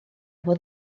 nhw